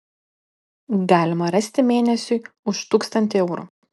galima rasti mėnesiui už tūkstantį eurų